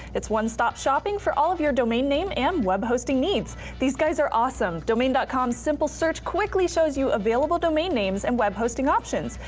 it's one stop shopping for all of your domain name and web hosting needs. these guys are awesome. domain dot com simple search quickly shows you available domain names and web hosting options,